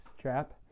trap